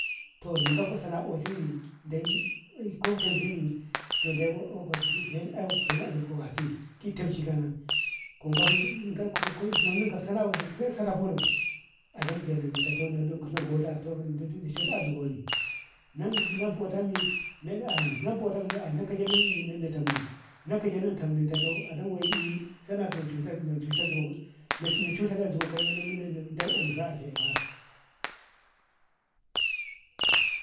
to na gabko sana'a oshi yi de ko temshi mi to deno ko feno asiri kowati ki tamshi kala konka fi ka ko sana'a sai sara ballau adam kenan nata na godano zigoni nayi na botami na ani na bauta na akaje na ne na tamni nakajeno tamni a dongo yi saina shotanno shota ziwo ni shota ziwo na ko umsa shefa.